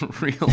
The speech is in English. real